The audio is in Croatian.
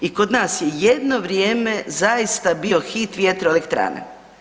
I kod nas je jedno vrijeme zaista bio hit vjetroelektrane.